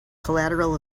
collateral